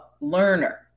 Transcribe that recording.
learner